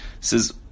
says